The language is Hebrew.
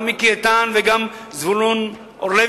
גם מיקי איתן וגם זבולון אורלב,